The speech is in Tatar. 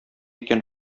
икән